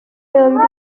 yombi